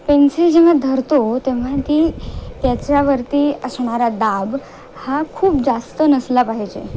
pencil जेव्हा धरतो तेव्हा ती त्याच्यावरती असणारा दाब हा खूप जास्त नसला पाहिजे